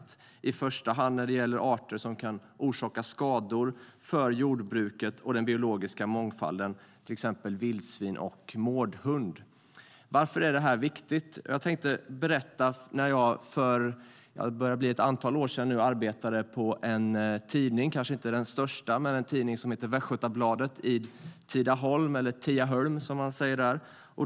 Det gäller i första hand när det handlar om arter som kan orsaka skador för jordbruket och den biologiska mångfalden, till exempel vildsvin och mårdhund. Varför är det här viktigt? Jag tänkte berätta hur det var när jag för vad som nu börjar bli ett antal år sedan arbetade på en tidning. Det kanske inte är den största tidningen - den heter Västgöta-Bladet och finns i Tidaholm eller Tiahôlm, som man säger där.